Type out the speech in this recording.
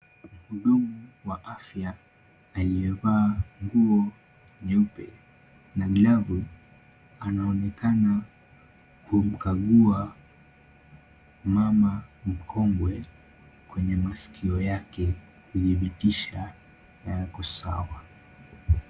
Mhudumu wa afya aliyevaa nguo nyeupe na glavu, anaonekana kumkagua mama mkongwe kwenye masikio yake, kuthibitisha yako sawa.